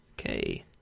Okay